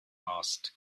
asked